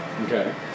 Okay